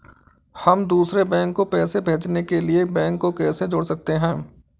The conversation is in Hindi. हम दूसरे बैंक को पैसे भेजने के लिए बैंक को कैसे जोड़ सकते हैं?